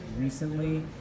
recently